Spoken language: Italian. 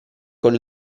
con